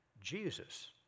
Jesus